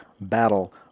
battle